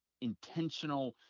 intentional